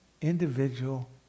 individual